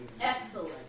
Excellent